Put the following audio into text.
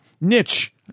Niche